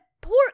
pork